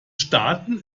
staaten